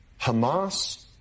Hamas